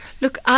Look